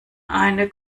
eine